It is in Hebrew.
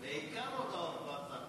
בעיקר הודעות ווטסאפ.